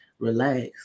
Relax